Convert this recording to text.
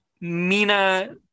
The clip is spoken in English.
Mina